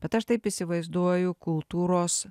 bet aš taip įsivaizduoju kultūros